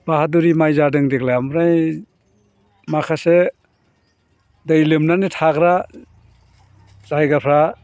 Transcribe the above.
बाहादुरि माइ जादों देग्लाय ओमफ्राय माखासे दै लोमनानै थाग्रा जायगाफ्रा